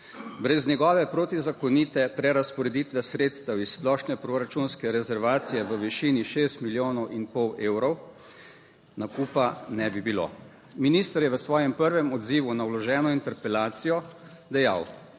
Brez njegove protizakonite prerazporeditve sredstev iz splošne proračunske rezervacije v višini 6 milijonov in pol evrov nakupa ne bi bilo, minister je v svojem prvem odzivu na vloženo interpelacijo dejal,